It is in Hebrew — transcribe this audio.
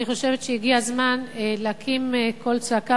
אני חושבת שהגיע הזמן להקים קול צעקה